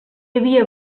havia